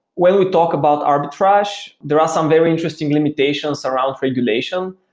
when we talk about arbitrage, there are some very interesting limitations around regulation.